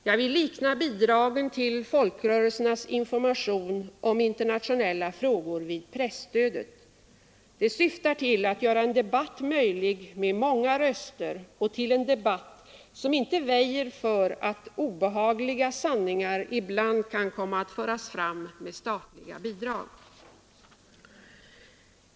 Jag vill likna bidragen till folkrörelsernas information om internationella frågor vid presstödet. Det syftar till att göra en debatt möjlig med många röster, en debatt som inte väjer för att obehagliga sanningar ibland kan komma att föras fram med statliga bidrag.